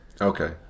Okay